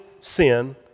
sin